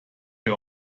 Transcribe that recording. her